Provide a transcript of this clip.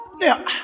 Now